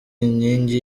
inkingi